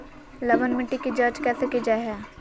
लवन मिट्टी की जच कैसे की जय है?